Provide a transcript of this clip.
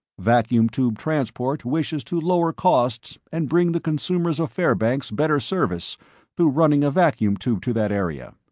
vacuum tube transport wishes to lower costs and bring the consumers of fairbanks better service through running a vacuum tube to that area.